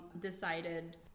decided